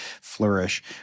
flourish